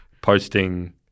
posting